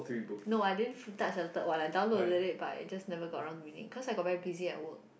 no I didn't touch hunted one I download already but I just never got around to read it cause I very busy at work